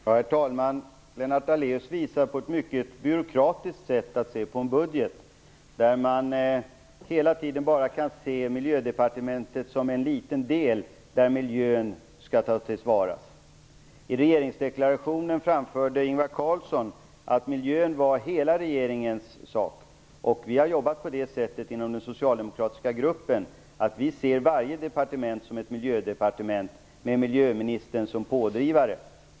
Herr talman! Lennart Daléus visar på ett mycket byråkratiskt sätt att se på en budget. Man ser hela tiden Miljödepartementet som bara en liten del, där miljön skall tas till vara. I regeringsdeklarationen framförde Ingvar Carlsson att miljön var hela regeringens sak. Vi har jobbat på det sättet inom den socialdemokratiska gruppen att vi ser varje departement som ett miljödepartement, med miljöministern som pådrivare.